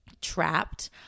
trapped